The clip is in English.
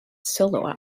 solo